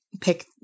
pick